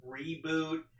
reboot